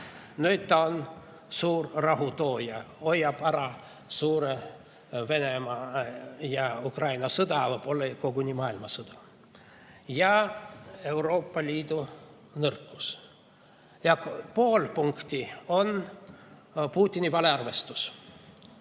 Nüüd ta on suur rahutooja, hoiab ära suure Venemaa ja Ukraina sõja või koguni maailmasõja. Ja Euroopa Liit on nõrk. Ja pool punkti on Putini valearvestus.